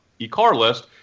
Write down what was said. eCarList